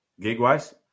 Gigwise